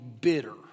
bitter